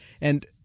And-